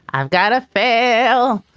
i've gotta fail.